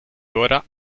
ora